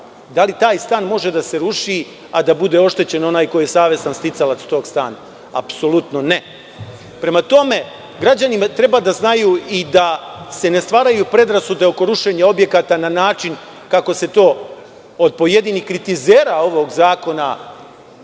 Da li taj stan može da se ruši a da bude oštećen onaj ko je savestan sticalac tog stana? Apsolutno ne. Prema tome, građani treba da znaju i da se ne stvaraju predrasude oko rušenja objekata na način kako se to od pojedinih kritizera ovog zakona